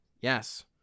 Yes